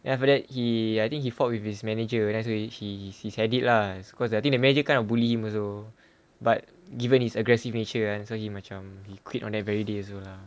then after that he I think he fought with his manager that's why he had it lah cause I think the manager kind of bully him also but given he's aggressive nature kan so he macam he quit on the very day also lah